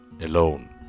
alone